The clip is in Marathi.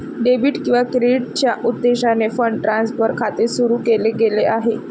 डेबिट किंवा क्रेडिटच्या उद्देशाने फंड ट्रान्सफर खाते सुरू केले गेले आहे